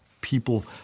people